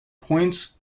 points